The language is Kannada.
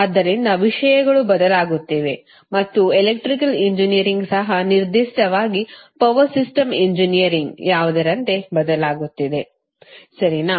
ಆದ್ದರಿಂದ ವಿಷಯಗಳು ಬದಲಾಗುತ್ತಿವೆ ಮತ್ತು ಎಲೆಕ್ಟ್ರಿಕಲ್ ಎಂಜಿನಿಯರಿಂಗ್ ಸಹ ನಿರ್ದಿಷ್ಟವಾಗಿ ಬದಲಾಗುತ್ತಿದೆ ಪವರ್ ಸಿಸ್ಟಮ್ ಎಂಜಿನಿಯರಿಂಗ್ ಯಾವುದರಂತೆ ಬದಲಾಗುತ್ತಿದೆ ಸರಿನಾ